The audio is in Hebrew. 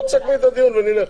תסכמי את הדיון ונלך.